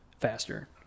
faster